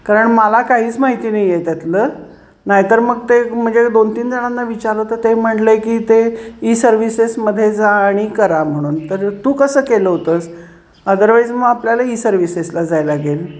कारण मला काहीच माहिती नाही आहे त्यातलं नाही तर मग ते म्हणजे दोन तीन जणांना विचारलं तर ते म्हटले की ते ई सर्व्हिसेसमध्येे जा आणि करा म्हणून तर तू कसं केलं होतंस अदरवाईज मग आपल्याला ई सर्व्हिसेसला जावं लागेल